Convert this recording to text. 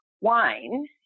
wine